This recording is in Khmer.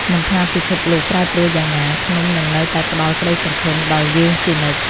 មិនថាពិភពលោកប្រែប្រួលយ៉ាងណា ភ្នំនឹងនៅតែផ្ដល់ក្ដីសង្ឃឹមដល់យើងជានិច្ច។